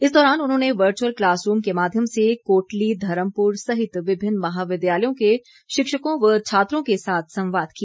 इस दौरान उन्होंने वर्चुल क्लास रूम के माध्यम से कोटली धर्मपुर सहित विभिन्न महाविद्यालयों के शिक्षकों व छात्रों के साथ संवाद किया